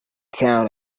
town